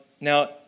Now